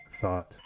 thought